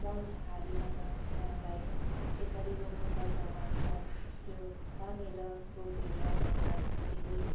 मल हालीकन उहाँलाई यसरी रोप्नु पर्छ भनेर त्यो खनेर रोपेर उहाँलाई धेरै